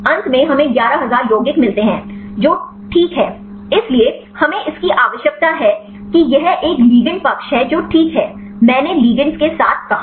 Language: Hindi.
अंत में हमें 11000 यौगिक मिलते हैं जो ठीक है इसलिए हमें इसकी आवश्यकता है कि यह एक लिगैंड पक्ष है जो ठीक है मैंने लिगेंड्स के साथ कहा